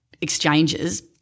exchanges